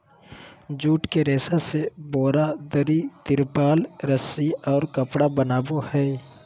jute के रेशा से बोरा, दरी, तिरपाल, रस्सि और कपड़ा बनय हइ